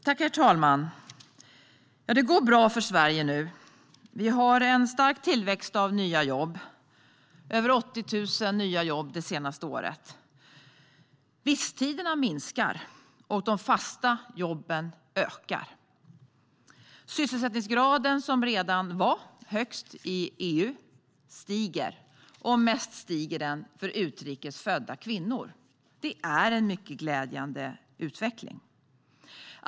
Herr talman! Det går bra för Sverige nu. Vi har en stark tillväxt av nya jobb, över 80 000 nya jobb under det senaste året. Visstidsanställningarna minskar och de fasta jobben ökar. Sysselsättningsgraden som redan var högst i EU stiger, och mest stiger den för utrikes födda kvinnor. Det är en mycket glädjande utveckling.